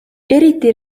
eriti